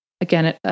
again